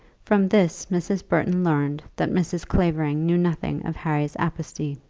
from this mrs. burton learned that mrs. clavering knew nothing of harry's apostasy.